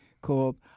called